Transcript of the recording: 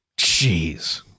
Jeez